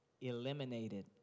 eliminated